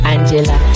Angela